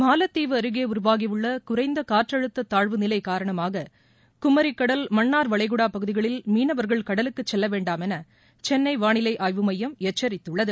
மாலத்தீவு அருகே உருவாகியுள்ள குறைந்த காற்றழுத்த தாழ்வு நிலை காரணமாக குமரிக்கடல் மன்னார் வளைகுடா பகுதிகளில் மீனவர்கள் கடலுக்கு செல்ல வேண்டாம் என சென்னை வானிலை ஆய்வு மையம் எச்சரித்துள்ளது